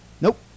Nope